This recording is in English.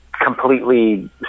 completely